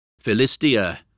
Philistia